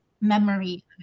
memory